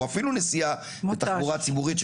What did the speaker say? או אפילו נסיעה בתחבורה ציבורית,